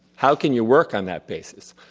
how can you work on that basis?